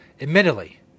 Admittedly